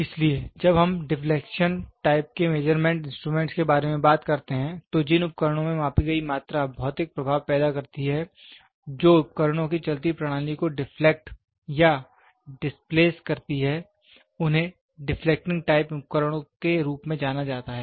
इसलिए जब हम डिफ्लेक्शन टाइप के मेजरमेंट इंस्ट्रूमेंट के बारे में बात करते हैं तो जिन उपकरणों में मापी गई मात्रा भौतिक प्रभाव पैदा करती है जो उपकरणों की चलती प्रणाली को डिप्लैट या डिस्प्लेस करती है उन्हें डिफलेक्टिंग टाइप उपकरणों के रूप में जाना जाता है